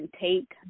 take